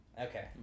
Okay